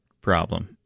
problem